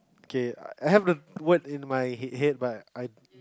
K I have the word in my head head but I